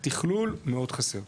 התכלול מאוד חסר.